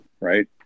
right